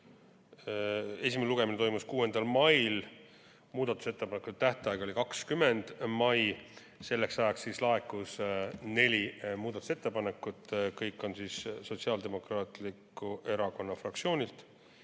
Esimene lugemine toimus 6. mail. Muudatusettepanekute tähtaeg oli 20. mai. Selleks ajaks laekus neli muudatusettepanekut, kõik on Sotsiaaldemokraatliku Erakonna fraktsioonilt.